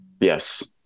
yes